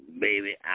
Baby